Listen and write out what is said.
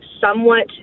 somewhat